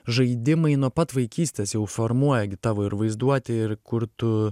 žaidimai nuo pat vaikystės jau formuoja gi tavo ir vaizduotę ir kur tu